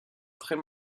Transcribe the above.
très